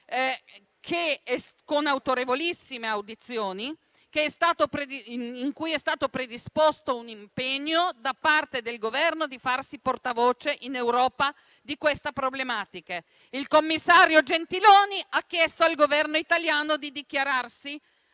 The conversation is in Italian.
con autorevolissime audizioni e al suo interno è stato predisposto un impegno da parte del Governo di farsi portavoce in Europa di queste problematiche. Il commissario Gentiloni ha chiesto al Governo italiano di dichiararsi